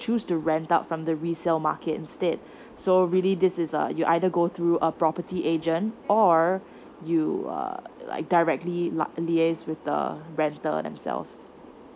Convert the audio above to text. choose to rent out from the resale market instead so really this is you either go through a property agent or you uh like directly li~ liaise with the rental themselves